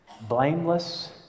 Blameless